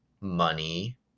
money